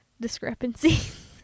discrepancies